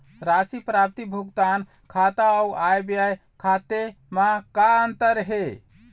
राशि प्राप्ति भुगतान खाता अऊ आय व्यय खाते म का अंतर हे?